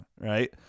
right